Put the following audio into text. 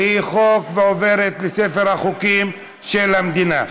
היא חוק, ועוברת לספר החוקים של המדינה.